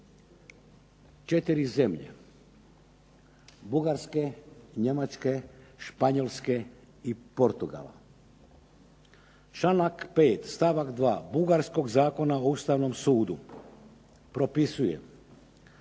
četiri zemlje Bugarske, Njemačke, Španjolske i Portugala. Članak 5. stavak 2. Bugarskog zakona o Ustavnom sudu propisuje